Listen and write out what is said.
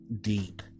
deep